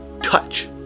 touch